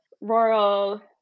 rural